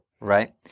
right